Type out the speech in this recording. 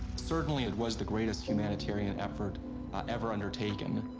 certainly, it was the greatest humanitarian effort ever undertaken.